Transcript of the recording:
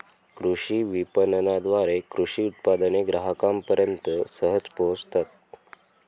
कृषी विपणनाद्वारे कृषी उत्पादने ग्राहकांपर्यंत सहज पोहोचतात